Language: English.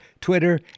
Twitter